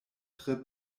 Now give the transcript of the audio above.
tre